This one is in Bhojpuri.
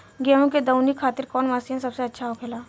गेहु के दऊनी खातिर कौन मशीन सबसे अच्छा होखेला?